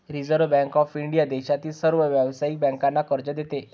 reserve bank of India देशातील सर्व व्यावसायिक बँकांना कर्ज देते